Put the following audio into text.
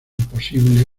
imposible